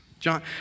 John